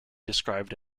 described